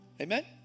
Amen